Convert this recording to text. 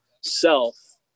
self